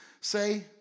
say